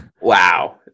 Wow